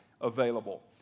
available